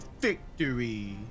victory